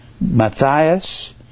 Matthias